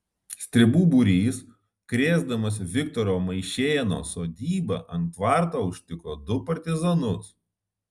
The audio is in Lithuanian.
stribų būrys krėsdamas viktoro maišėno sodybą ant tvarto užtiko du partizanus